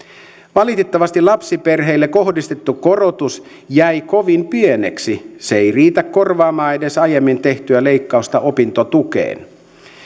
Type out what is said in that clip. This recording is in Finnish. valitettavasti lapsiperheille kohdistettu korotus jäi kovin pieneksi se ei riitä korvaamaan edes aiemmin tehtyä leikkausta opintotukeen